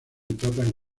tratan